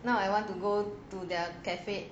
!wah! now I want to go to the cafe